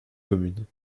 communes